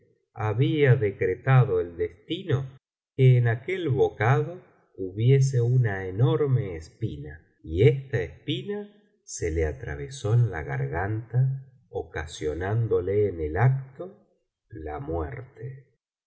había decretado el destino que en aquel bocado hubiese una enorme espina y esta espina se le atravesó en la garganta ocasionándole en el acto la muerte